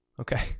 okay